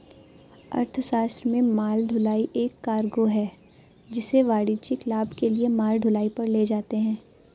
अर्थशास्त्र में माल ढुलाई एक कार्गो है जिसे वाणिज्यिक लाभ के लिए माल ढुलाई पर ले जाते है